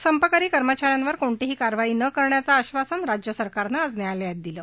संपकरी कर्मचाऱ्यांवर कोणतीही कारवाई नं करण्याचं आधासन राज्य सरकारनं आज न्यायालयात दिलं